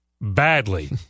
badly